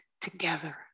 together